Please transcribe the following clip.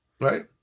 Right